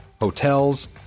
hotels